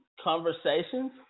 conversations